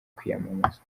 kwiyamamaza